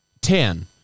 Ten